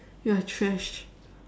you're trash